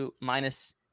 minus